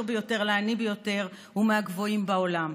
ביותר לעני ביותר הוא מהגבוהים בעולם?